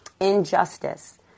injustice